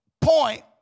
point